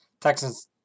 Texans